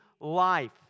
life